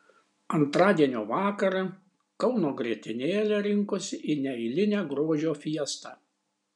antradienio vakarą kauno grietinėlė rinkosi į neeilinę grožio fiestą